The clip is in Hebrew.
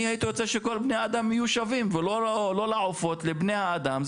אני הייתי רוצה שכל בני האדם יהיו שווים ולא לעופות לבני האדם,